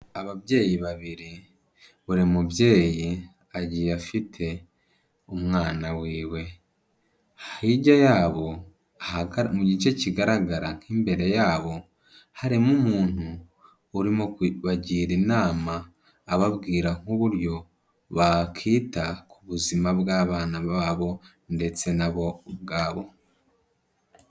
Ababyeyi babiri, buri mubyeyi agiye afite umwana wiwe. Hirya yabo mu gice kigaragara nk'imbere yabo, harimo umuntu urimo kubagira inama, ababwira nk'uburyo bakita ku buzima bw'abana babo, ndetse na bo ubwabo.